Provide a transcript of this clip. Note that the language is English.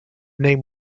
name